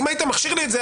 אם היית מכשיר לי את זה,